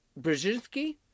Brzezinski